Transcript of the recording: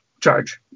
charge